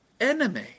enemy